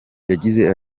yagize